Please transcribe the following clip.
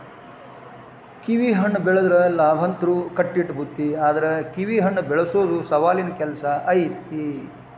ಕಿವಿಹಣ್ಣ ಬೆಳದ್ರ ಲಾಭಂತ್ರು ಕಟ್ಟಿಟ್ಟ ಬುತ್ತಿ ಆದ್ರ ಕಿವಿಹಣ್ಣ ಬೆಳಸೊದು ಸವಾಲಿನ ಕೆಲ್ಸ ಐತಿ